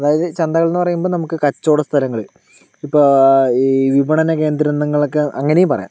അതായത് ചന്തകൾ എന്ന് പറയുമ്പോൾ നമ്മൾക്ക് കച്ചവട സ്ഥലങ്ങൾ ഇപ്പോൾ ഈ വിപണന കേന്ദ്രങ്ങൾ ഒക്കെ അങ്ങനെയും പറയാം